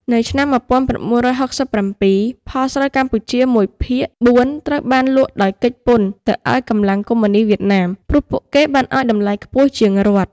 នៅឆ្នាំ១៩៦៧ ផលស្រូវកម្ពុជាមួយភាគបួនត្រូវបានលក់ដោយគេចពន្ធទៅឲ្យកម្លាំងកុមយនីស្តវៀតណាម ព្រោះពួកគេបានឲ្យតម្លៃខ្ពស់ជាងរដ្ឋ ។